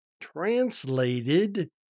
Translated